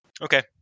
okay